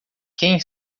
quem